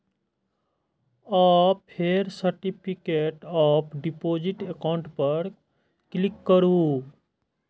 आ फेर certificate of deposit account पर क्लिक करू